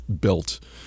built